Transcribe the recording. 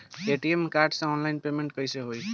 ATM card से online payment कैसे होई?